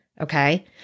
Okay